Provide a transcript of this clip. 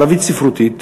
ערבית ספרותית,